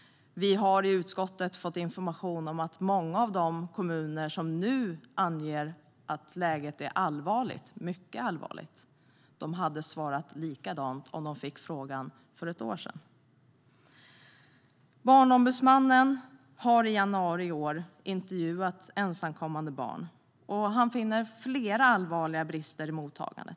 Utskottet har fått information om att många av de kommuner som nu anger att läget är mycket allvarligt hade svarat likadant om de fått frågan för ett år sedan. Barnombudsmannen har i januari i år intervjuat ensamkommande barn och funnit flera allvarliga brister i mottagandet.